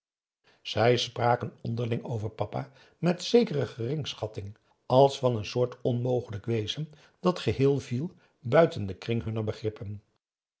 zij spraken onderling over papa met zekere geringschatting als van een soort onmogelijk wezen dat geheel viel buiten den kring hunner begrippen